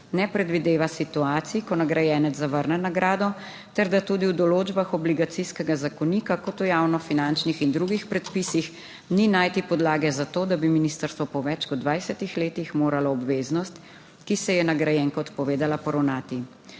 ne predvideva situacij, ko nagrajenec zavrne nagrado ter da tudi v določbah Obligacijskega zakonika, kot v javno finančnih in drugih predpisih, ni najti podlage za to, da bi ministrstvo po več kot 20 letih moralo obveznost, ki se ji je nagrajenka odpovedala, poravnati.